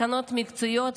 התקנות המקצועיות,